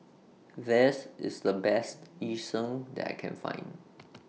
This IS The Best Yu Sheng that I Can Find